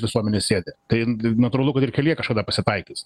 visuomenė sėdi tai natūralu kad ir kelyje kažkada pasitaikys